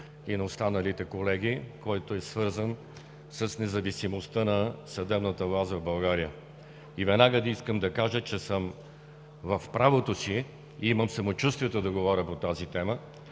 и на останалите колеги, който е свързан с независимостта на съдебната власт в България. Веднага искам да кажа, че съм в правото си и имам самочувствието да говоря по тази тема,